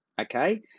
okay